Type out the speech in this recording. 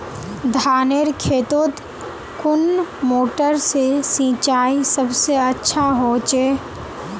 धानेर खेतोत कुन मोटर से सिंचाई सबसे अच्छा होचए?